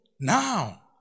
Now